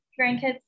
grandkids